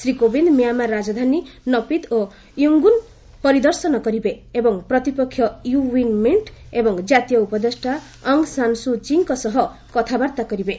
Shri Kovind Myanmar ରାଜଧାନୀ Naypyidaw ଓ Yangon ପରିଦର୍ଶନ କରିବେ ଏବଂ ପ୍ରତିପକ୍ଷ ୟୁ ଓ୍ପନ୍ ମିଣ୍ଟ ଏବଂ ଜାତୀୟ ଉପଦେଷ୍ଟା ଅଙ୍ଗ୍ ସାନ୍ ସୁଚୀଙ୍କ ସହ କଥାବାର୍ତ୍ତା କରିବେ